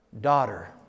daughter